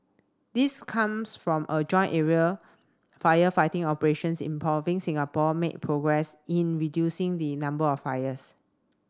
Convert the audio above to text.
this comes from a join aerial firefighting operations involving Singapore made progress in reducing the number of fires